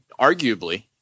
arguably